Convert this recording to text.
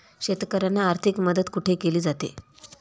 शेतकऱ्यांना आर्थिक मदत कुठे केली जाते?